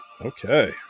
Okay